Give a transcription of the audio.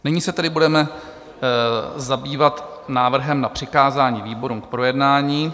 Nyní se tedy budeme zabývat návrhem na přikázání výborům k projednání.